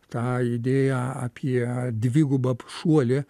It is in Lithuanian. tą idėją apie dvigubą šuolį